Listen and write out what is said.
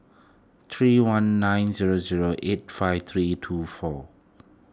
three one nine zero zero eight five three two four